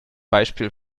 beispiel